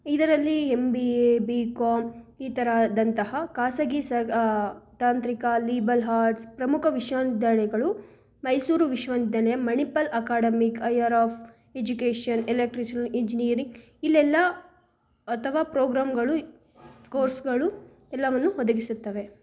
ಇದರಲ್ಲಿ M B A B com ಈ ಥರದಂತಹ ಖಾಸಗಿ ಸಗ್ ತಾಂತ್ರಿಕ ಲೀಬಲ್ ಹಾರ್ಟ್ಸ್ ಪ್ರಮುಖ ವಿಶ್ವವಿದ್ಯಾಲಯಗಳು ಮೈಸೂರು ವಿಶ್ವವಿದ್ಯಾನಿಲಯ Manipal academic higher of education electrical engineering ಇಲ್ಲೆಲ್ಲ ಅಥವಾ ಪ್ರೋಗ್ರಾಮುಗಳು ಕೋರ್ಸುಗಳು ಎಲ್ಲವನ್ನು ಒದಗಿಸುತ್ತವೆ